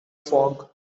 fog